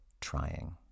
trying